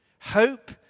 Hope